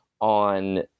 on